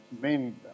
main